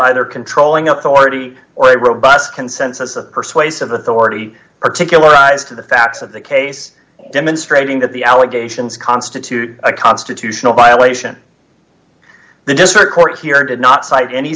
either controlling authority or a robust consensus of persuasive authority particularized to the facts of the case demonstrating that the allegations constitute a constitutional violation the district court here did not cite any